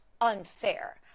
unfair